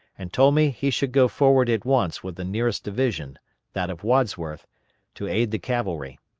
and told me he should go forward at once with the nearest division that of wadsworth to aid the cavalry.